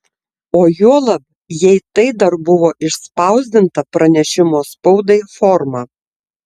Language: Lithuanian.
o juolab jei tai dar buvo išspausdinta pranešimo spaudai forma